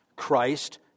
Christ